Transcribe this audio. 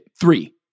Three